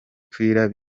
twitter